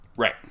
Right